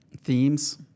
themes